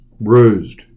bruised